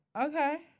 okay